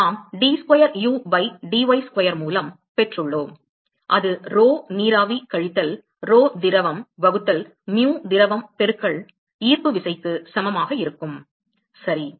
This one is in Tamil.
எனவே நாம் d square u by dy square மூலம் பெற்றுள்ளோம் அது rho நீராவி கழித்தல் rho திரவம் வகுத்தல் mu திரவம் பெருக்கல் ஈர்ப்பு விசைக்கு சமமாக இருக்கும் சரி